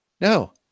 No